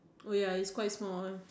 oh ya is quite small